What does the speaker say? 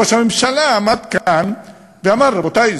ראש הממשלה עמד כאן ואמר: רבותי,